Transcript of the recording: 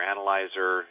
Analyzer